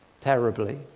Terribly